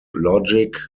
logic